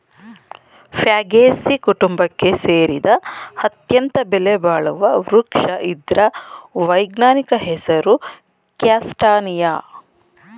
Fagaceae ಕುಟುಂಬಕ್ಕೆ ಸೇರಿದ ಅತ್ಯಂತ ಬೆಲೆಬಾಳುವ ವೃಕ್ಷ ಇದ್ರ ವೈಜ್ಞಾನಿಕ ಹೆಸರು ಕ್ಯಾಸ್ಟಾನಿಯ